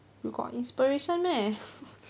you got inspiration meh